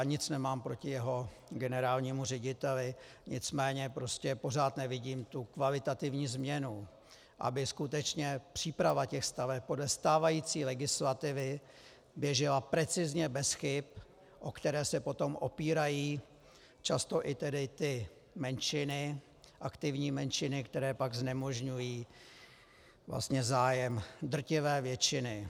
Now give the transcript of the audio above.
Nic nemám proti jeho generálnímu řediteli, nicméně prostě pořád nevidím tu kvalitativní změnu, aby skutečně příprava staveb podle stávající legislativy běžela precizně, bez chyb, o které se potom opírají často i tedy ty menšiny, aktivní menšiny, které pak znemožňují zájem drtivé většiny.